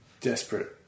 desperate